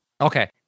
Okay